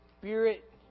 Spirit